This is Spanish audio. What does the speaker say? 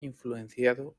influenciado